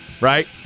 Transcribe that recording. Right